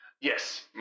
Yes